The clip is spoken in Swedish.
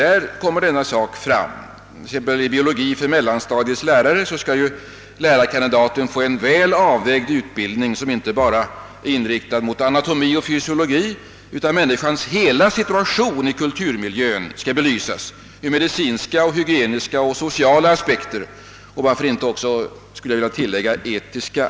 I t.ex. biologi för mellanstadiets lärare skall lärarkandidaten få en väl avvägd utbildning som inte bara är inriktad mot anatomi och fysiologi, utan människans hela situation i kulturmiljön skall belysas ur medicinska, hygieniska och sociala aspekter — och varför inte också, skulle jag vilja tillägga, etiska.